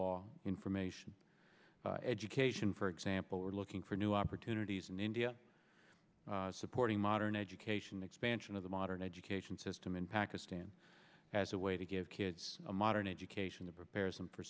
law information education for example we're looking for new opportunities in india supporting modern education the expansion of the modern education system in pakistan as a way to give kids a modern education that prepares them for